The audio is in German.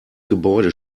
gebäude